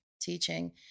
teaching